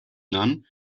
none